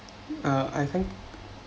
uh ivan